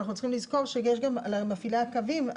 ואנחנו צריכים לזכור שיש גם על מפעילי הקווים.